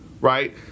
Right